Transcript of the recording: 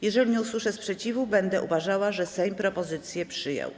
Jeżeli nie usłyszę sprzeciwu, będę uważała, że Sejm propozycję przyjął.